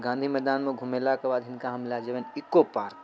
गाँधी मैदानमे घुमेलाके बाद हिनका हम लऽ जेबनि इको पार्क